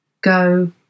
go